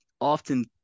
often